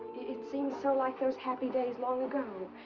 it seems so like those happy days long ago.